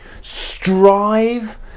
strive